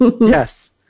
Yes